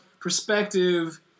perspective